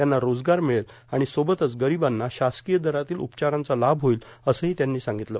त्यांना रोजगार भिळेल आण सोबतच गरांबांना शासकीय दरातील उपचारांचा लाभ होईल असं त्यांनी सांगितलं